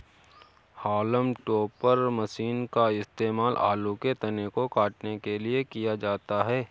haulm topper machine का इस्तेमाल आलू के तने को काटने के लिए किया जाता है